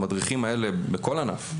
המדריכים האלה בכל ענף,